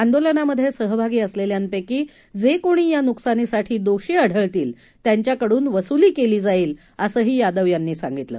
आंदोलनांमध्ये सहभागी असलेल्यांपैकी जे कोणी या नुकसानीसाठी दोषी आढळतील त्यांच्याकडून वसुली केली जाईल असंही यादव यांनी सांगितलं